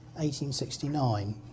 1869